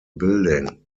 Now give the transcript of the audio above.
building